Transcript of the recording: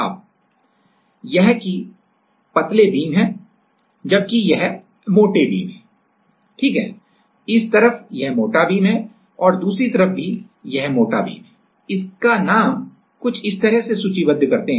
अब यह के पतले बीम है जबकि यह मोटे बीम है ठीक है इस तरफ यह मोटा बीम है और दूसरी तरफ भी यह मोटा बीम है इसका नाम कुछ इस तरह से सूचीबद्ध करते हैं